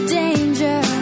danger